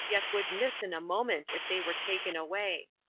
yet would miss in a moment if they were taken away.